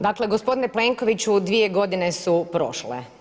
Dakle gospodine Plenkoviću dvije godine su prošle.